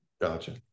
gotcha